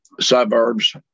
suburbs